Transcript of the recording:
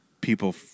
people